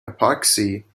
epoxy